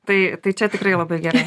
tai tai čia tikrai labai gerai